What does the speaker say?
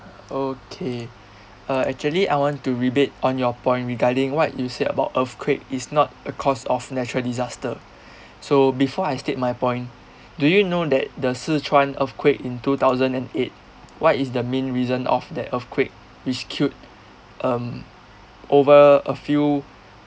okay uh actually I want to rebate on your point regarding what you said about earthquake is not a cause of natural disaster so before I state my point do you know that the sichuan earthquake in two thousand and eight what is the main reason of that earthquake which killed um over a few